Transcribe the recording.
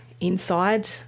inside